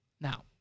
Now